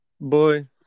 Boy